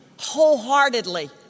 wholeheartedly